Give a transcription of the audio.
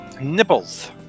Nipples